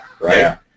right